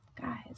guys